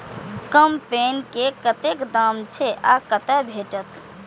कम्पेन के कतेक दाम छै आ कतय भेटत?